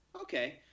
okay